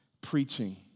preaching